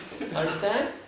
Understand